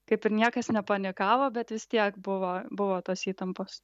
kaip ir niekas nepanikavo bet vis tiek buvo buvo tos įtampos